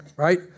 Right